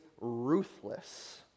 ruthless